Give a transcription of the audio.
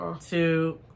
two